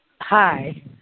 Hi